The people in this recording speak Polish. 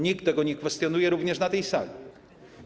Nikt tego nie kwestionuje, również na tej sali.